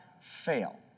fail